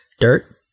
dirt